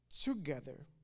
together